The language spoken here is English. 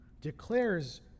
declares